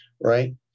right